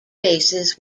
bases